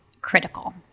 critical